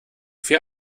vier